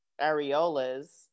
areolas